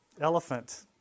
elephant